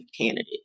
candidate